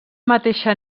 mateixa